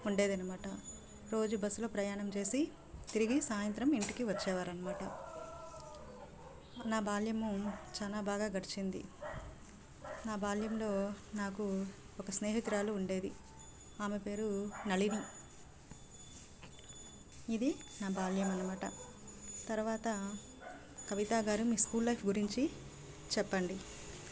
ఉండేది అన్నమాట రోజు బస్సులో ప్రయాణం చేసి తిరిగి సాయంత్రం ఇంటికి వచ్చేవారన్నమాట నా బాల్యము చాలా బాగా గడిచింది నా బాల్యంలో నాకు ఒక స్నేహితురాలు ఉండేది ఆమె పేరు నళిని ఇది నా బాల్యం అన్నమాట తరువాత కవిత గారు మీ స్కూల్ లైఫ్ గురించి చెప్పండి